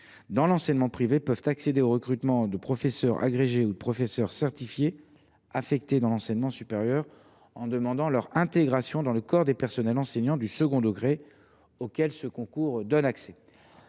dans l’enseignement privé, peuvent accéder au recrutement de professeurs agrégés ou de professeurs certifiés affectés dans l’enseignement supérieur en demandant leur intégration dans le corps des personnels enseignants du second degré auquel ce concours donne accès.